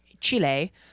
chile